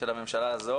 אתגרים והזדמנויות